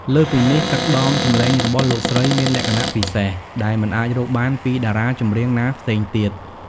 លើសពីនេះ ទឹកដមសំឡេងរបស់លោកស្រីមាន លក្ខណៈពិសេស ដែលមិនអាចរកបានពីតារាចម្រៀងណាផ្សេងទៀត។